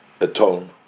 Atone